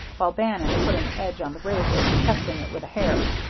while bannon put an edge on the razor, testing it with a hair.